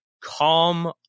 calm